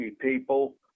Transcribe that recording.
people